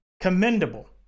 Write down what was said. commendable